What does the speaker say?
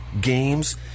games